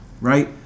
Right